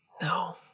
No